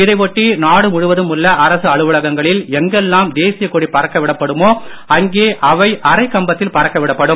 இதையொட்டி நாடு முழுவதும் உள்ள அரசு அலுவலகங்களில் எங்கெல்லாம் தேசிய கொடி பறக்க விடப்படுமோ அங்கே அவை அரை கம்பத்தில் பறக்க விடப்படும்